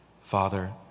Father